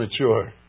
mature